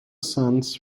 sons